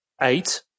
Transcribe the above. Eight